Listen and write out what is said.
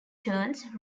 terns